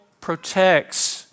protects